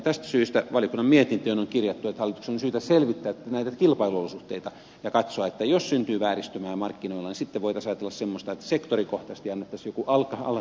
tästä syystä valiokunnan mietintöön on kirjattu että hallituksen on syytä selvittää näitä kilpailuolosuhteita ja katsoa että jos syntyy vääristymää markkinoilla niin sitten voitaisiin ajatella semmoista että sektorikohtaisesti annettaisiin joku alhaisempi raja